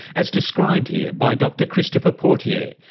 as described here by dr christopher portier,